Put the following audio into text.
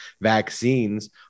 vaccines